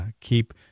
Keep